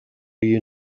you